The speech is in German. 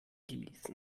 gelesen